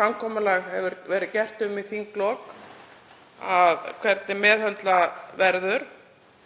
samkomulag hefur verið gert um í þinglok hvernig meðhöndlað verði.